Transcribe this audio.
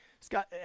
Scott